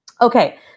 Okay